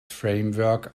framework